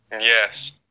Yes